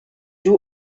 two